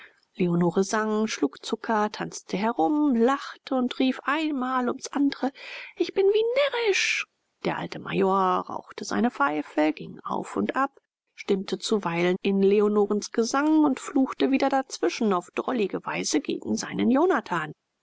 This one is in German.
leonore sang schlug zucker tanzte herum lachte und rief einmal ums andere ich bin wie närrisch der alte major rauchte seine pfeife ging auf und ab stimmte zuweilen in leonorens gesang und fluchte wieder dazwischen auf drollige weise gegen seinen jonathan